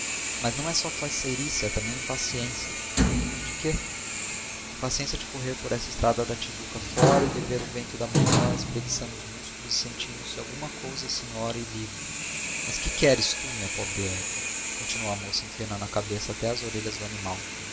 mas não é só faceirice é também impaciência de quê impaciência de correr por essa estrada da tijuca fora e beber o vento da manhã espreguiçando os músculos e sentindo-se alguma coisa senhora e livre mas que queres tu minha pobre égua continuou a moça indicando a cabeça até às orelhas do animal